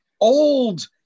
old